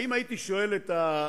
הרי אם הייתי שואל אותך,